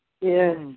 Yes